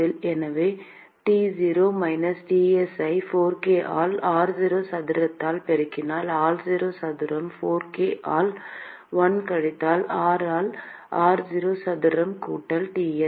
எனவே T0 minus Ts ஐ 4k ஆல் r0 சதுரத்தால் பெருக்கினால் r0 சதுரம் 4 k ஆல் 1 கழித்தல் r ஆல் r0 சதுரம் கூட்டல் Ts